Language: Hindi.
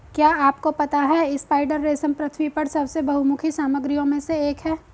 क्या आपको पता है स्पाइडर रेशम पृथ्वी पर सबसे बहुमुखी सामग्रियों में से एक है?